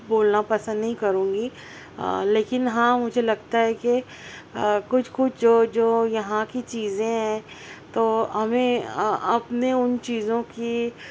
بولنا پسند نہیں کروں گی لیکن ہاں مجھے لگتا ہے کہ کچھ کچھ جو جو یہاں کی چیزیں ہیں تو ہمیں اپنے ان چیزوں کی